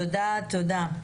תודה.